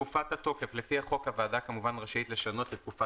לפי החוק הוועדה רשאית לשנות את תקופת